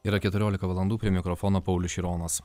yra keturiolika valandų prie mikrofono paulius šironas